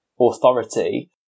authority